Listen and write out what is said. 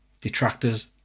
detractors